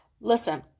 Listen